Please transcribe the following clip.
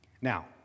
Now